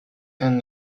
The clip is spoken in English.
and